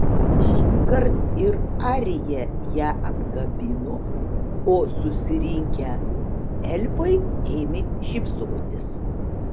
šįkart ir arija ją apkabino o susirinkę elfai ėmė šypsotis